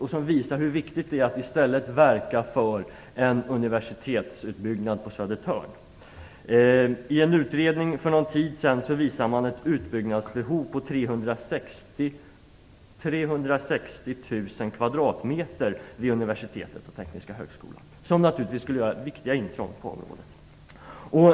Det visar hur viktigt det är att vi i stället verkar för en universitetsutbyggnad på Södertörn. I en utredning för någon tid sedan visade man ett utbyggnadsbehov på 360 000 m2 vid universitetet och Tekniska högskolan, vilket naturligtvis skulle göra viktiga intrång på området.